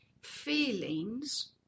feelings